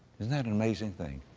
isn't that an amazing thing?